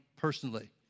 personally